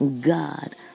God